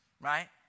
right